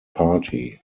party